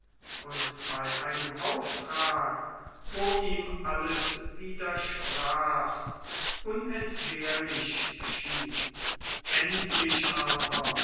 und bei einem auftrag wo ihm alles widersprach unentbehrlich schien endlich aber